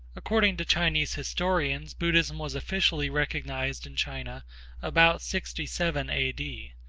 according to chinese historians buddhism was officially recognized in china about sixty seven a d.